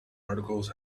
articles